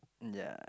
ya